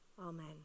Amen